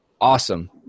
awesome